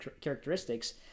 characteristics